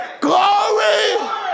Glory